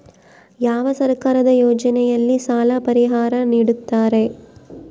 ಯಾವ ಸರ್ಕಾರದ ಯೋಜನೆಯಲ್ಲಿ ಸಾಲ ಪರಿಹಾರ ನೇಡುತ್ತಾರೆ?